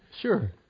Sure